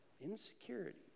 insecurity